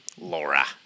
Laura